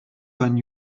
seinen